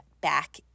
back